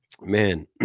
Man